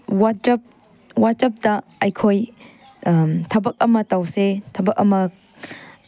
WhatsApp ꯋꯥꯆꯦꯞꯇ ꯑꯩꯈꯣꯏ ꯊꯕꯛ ꯑꯃ ꯇꯧꯁꯦ ꯊꯕꯛ ꯑꯃ